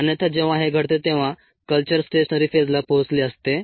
अन्यथा जेव्हा हे घडते तेव्हा कल्चर स्टेशनरी फेजला पोहोचले असते